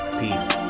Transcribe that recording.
peace